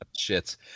shits